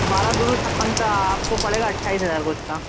बारह डो सौ छप्पन का आप को पड़ेगा अट्ठाईस हज़ार कुछ का